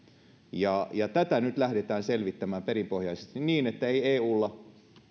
tätä nyt lähdetään selvittämään perinpohjaisesti niin että ei eulla